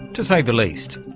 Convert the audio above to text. to say the least.